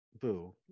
boo